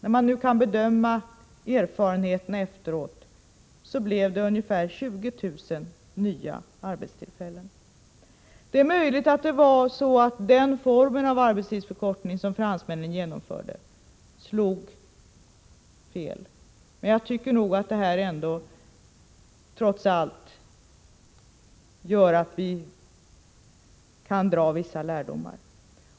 När man nu efteråt kan bedöma erfarenheterna, blev det ungefär 20 000 nya arbetstillfällen. Det är möjligt att den form av arbetstidsförkortning som fransmännen genomförde slog fel, men jag tycker nog att det här ändå trots allt gör att vi kan dra vissa lärdomar.